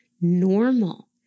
normal